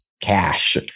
cash